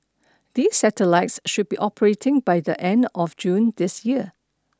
these satellites should be operating by the end of June this year